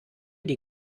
die